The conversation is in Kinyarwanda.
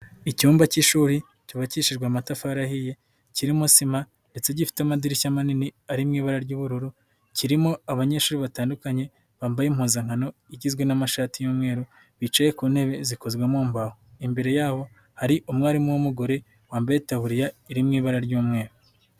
Icyumba cy'ishuri cyubakishijwe amatafari ahiye kirimo sima ndetse gifite amadirishya manini ari mu ibara ry'ubururu kirimo abanyeshuri batandukanye bambaye impuzankano igizwe n'amashati y'umweru bicaye ku ntebe zikozwe mu mbaho, imbere yabo hari umwarimu w'umugore wambaye itaburiya iri mu ibara ry'umweru.